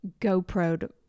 gopro